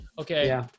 Okay